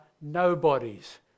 nobodies